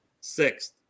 sixth